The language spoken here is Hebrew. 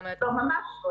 ממש לא.